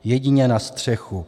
Jedině na střechu.